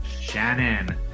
Shannon